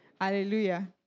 Hallelujah